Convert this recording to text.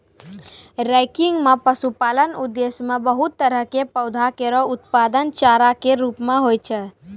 ranking म पशुपालन उद्देश्य सें बहुत तरह क पौधा केरो उत्पादन चारा कॅ रूपो म होय छै